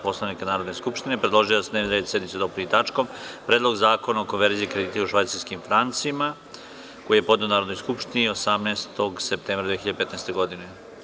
Poslovnika Narodne skupštine, predložila je da se dnevni red sednice dopuni tačkom – Predlog zakona o konverziji kredita u švajcarskim francima, koji je podneo Narodnoj skupštini 18. septembra 2015. godine.